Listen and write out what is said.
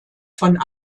von